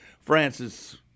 Francis